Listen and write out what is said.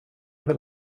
väl